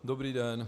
Dobrý den.